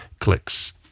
clicks